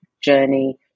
journey